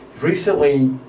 Recently